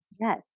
Yes